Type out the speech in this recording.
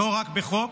לא רק בחוק